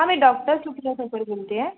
हां मी डॉक्टर सुप्रिया ठाकूर बोलते आहे